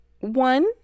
one